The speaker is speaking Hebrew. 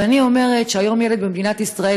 ואני אומרת שהיום ילד במדינת ישראל,